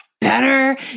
better